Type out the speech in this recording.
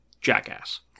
jackass